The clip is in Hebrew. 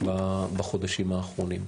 בחודשים האחרונים.